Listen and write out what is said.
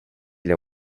les